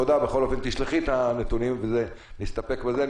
תודה בכל אופן, תשלחי את הנתונים, ונסתפק בזה.